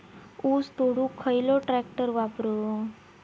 ऊस तोडुक खयलो ट्रॅक्टर वापरू?